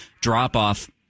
drop-off